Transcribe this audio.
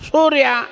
Surya